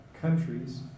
countries